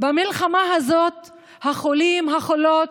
במלחמה הזאת החולים, החולות,